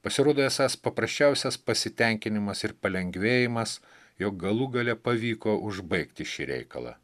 pasirodo esąs paprasčiausias pasitenkinimas ir palengvėjimas jog galų gale pavyko užbaigti šį reikalą